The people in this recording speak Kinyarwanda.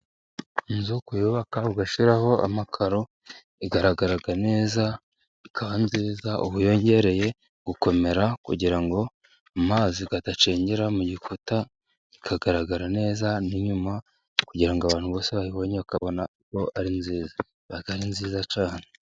Inzu kuyubaka ugashyiraho amakaro, igaragaraga neza, ikaba nziza, uba uyongereye gukomera, kugira ngo amazi adacengera mu gikuta, bikagaragara neza n'inyuma, kugira ngo abantu bose bayibonye bakabona ko ari nziza, iba ari nziza cyane.